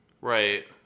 Right